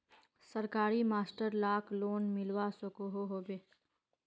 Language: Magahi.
सरकारी मास्टर लाक लोन मिलवा सकोहो होबे?